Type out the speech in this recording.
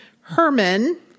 herman